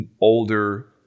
older